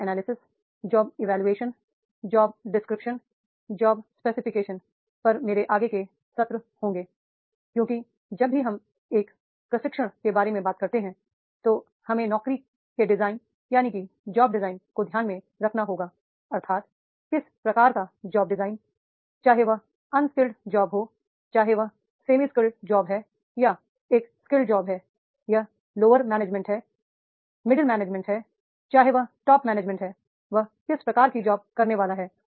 job analysis job evaluation job description job specification पर मेरे आगे के सत्र होंगे क्योंकि जब भी हम एक प्रशिक्षण के बारे में बात करते हैं तो हमें जॉब डिज़ाइन को ध्यान में रखना होगा अर्थात किस प्रकार का जॉब डिज़ाइन चाहे वह अनस्किल्ड जॉब हो चाहे वह सेमिस्किल्ड जॉब है या एक स्किल्ड जॉब skilled job है यह लोअर मैनेजमेंट है मिडिल मैनेजमेंट है चाहे वह एक टॉप मैनेजमेंट है वह किस तरह की जॉब करने वाला है